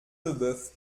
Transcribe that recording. leboeuf